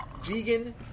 vegan